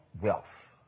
wealth